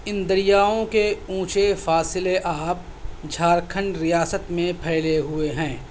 ان دریاؤں کے اونچے فاصلے آب جھارکھنڈ ریاست میں پھیلے ہوئے ہیں